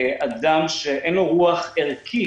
אדם שאין לו רוח ערכי,